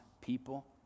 people